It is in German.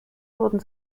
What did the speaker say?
wurden